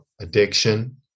Addiction